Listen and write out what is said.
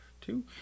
two